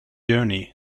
journey